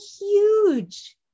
huge